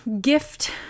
gift